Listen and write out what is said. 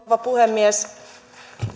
rouva puhemies